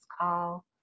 call